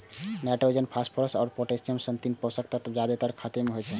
nitrogen, phosphorus आ potassium सन तीन पोषक तत्व जादेतर खाद मे होइ छै